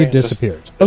disappeared